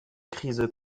crise